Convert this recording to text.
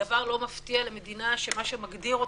דבר לא מפתיע למדינה שמה שמגדיר אותה,